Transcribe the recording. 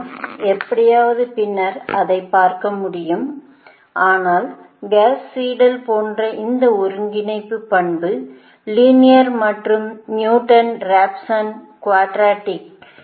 ஆனால் எப்படியாவது பின்னர் அதைப் பார்க்க முடியும் ஆனால் காஸ் சீடெல் போன்ற இந்த ஒருங்கிணைப்பு பண்பு லீனியர் மற்றும் நியூட்டன் ராப்சன் குவாட்ரிக்